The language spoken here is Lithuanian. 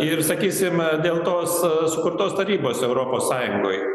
ir sakysim dėl tos sukurtos tarybos europos sąjungoj